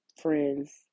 friends